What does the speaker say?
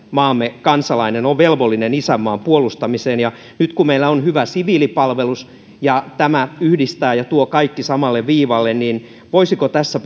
maamme kansalainen on velvollinen isänmaan puolustamiseen ja nyt kun meillä on hyvä siviilipalvelus ja tämä yhdistää ja tuo kaikki samalle viivalle niin voisiko tässä